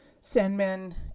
Sandman